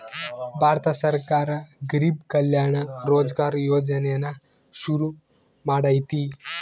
ಭಾರತ ಸರ್ಕಾರ ಗರಿಬ್ ಕಲ್ಯಾಣ ರೋಜ್ಗರ್ ಯೋಜನೆನ ಶುರು ಮಾಡೈತೀ